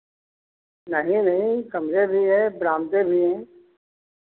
नहीं नहीं कमरे भी हैं बरामदे भी हैं